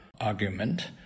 argument